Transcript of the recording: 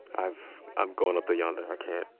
i've i'm going up there yonder. i can't.